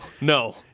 No